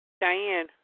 Diane